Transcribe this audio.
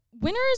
Winners